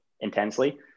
intensely